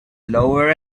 lower